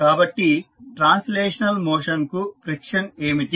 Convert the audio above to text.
కాబట్టి translational motion కు friction ఏమిటి